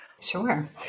Sure